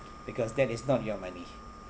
because that is not your money